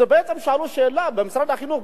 בעצם שאלו שאלה במשרד החינוך,